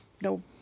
no